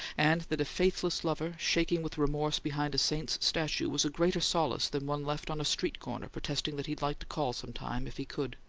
and that a faithless lover, shaking with remorse behind a saint's statue, was a greater solace than one left on a street corner protesting that he'd like to call some time if he could!